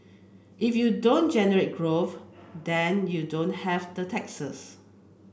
if you don't generate growth then you don't have the taxes